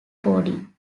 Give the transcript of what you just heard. boarding